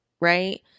Right